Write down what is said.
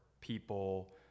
people